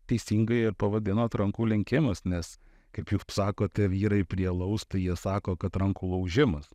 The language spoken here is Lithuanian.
teisingai ir pavadinot rankų lenkimas nes kaip jūs sakote vyrai prie alaus tai jie sako kad rankų laužimas